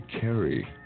carry